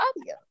audio